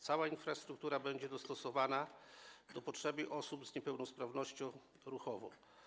Cała infrastruktura będzie dostosowana do potrzeb osób z niepełnosprawnością ruchową.